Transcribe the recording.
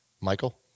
Michael